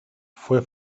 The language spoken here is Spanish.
fue